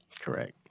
Correct